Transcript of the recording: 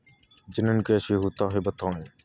जनन कैसे होता है बताएँ?